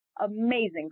amazing